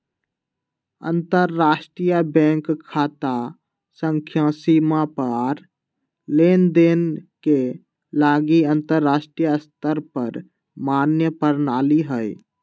अंतरराष्ट्रीय बैंक खता संख्या सीमा पार लेनदेन के लागी अंतरराष्ट्रीय स्तर पर मान्य प्रणाली हइ